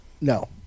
No